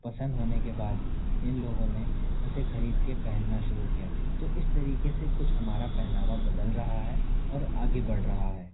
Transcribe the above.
तो पसंद होने के बाद इन लोगों ने उसे ख़रीद के पहनना शुरू किया तो इस तरीक़े से कुछ हमारा पहनावा बदल रहा है और आगे बढ़ रहा है